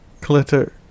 clitter